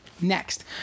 Next